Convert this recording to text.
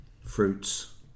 fruits